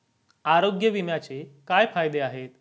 आरोग्य विम्याचे काय फायदे आहेत?